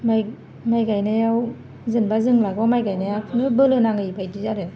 माइ गायनायाव जेनेबा जों लागोआव माइ गायनाया खुनु बोलो नाङै बायदि आरो